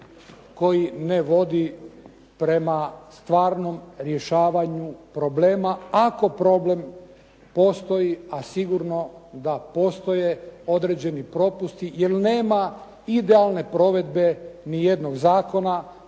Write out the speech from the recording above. koji ne vodi prema stvarnom rješavanju problema, ako problem postoji a sigurno da postoje određeni propusti jer nema idealne provedbe ni jednog zakona,